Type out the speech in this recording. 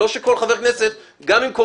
אבל אנחנו רצינו נוסח שזה יידחה אלא אם אחרת,